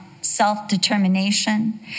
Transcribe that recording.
self-determination